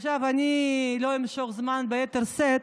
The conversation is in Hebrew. עכשיו אני לא אמשוך זמן ביתר שאת,